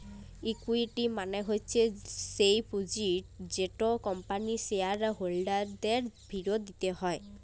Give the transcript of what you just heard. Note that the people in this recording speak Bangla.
ইকুইটি মালে হচ্যে স্যেই পুঁজিট যেট কম্পানির শেয়ার হোল্ডারদের ফিরত দিতে হ্যয়